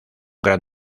gran